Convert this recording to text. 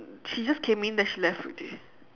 she just came in then she left already